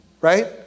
Right